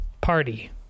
Party